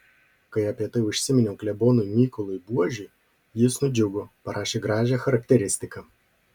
kai apie tai užsiminiau klebonui mykolui buožiui jis nudžiugo parašė gražią charakteristiką